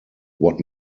what